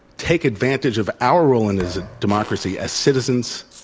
take advantage of our role in as a democracy as citizens.